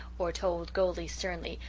or told goldie sternly,